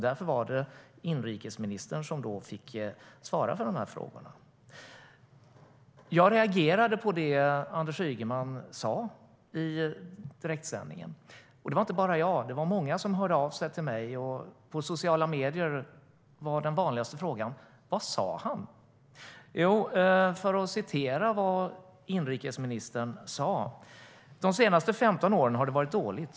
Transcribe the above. Därför var det han som fick svara på frågorna. Låt mig citera vad inrikesministern sa: De senaste 15 åren har det varit dåligt.